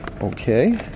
Okay